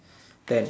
ten